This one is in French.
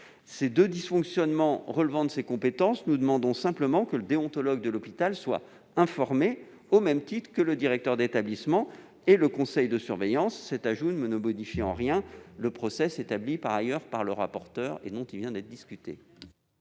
Ces deux dysfonctionnements relevant de ses compétences, nous demandons simplement que le déontologue de l'hôpital soit également informé, au même titre que le directeur d'établissement et le conseil de surveillance. Cet ajout ne modifie en rien le process établi par le rapporteur, dont nous venons de discuter.